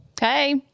Hey